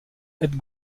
aide